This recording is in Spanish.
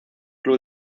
club